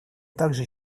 также